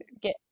get